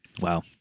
Wow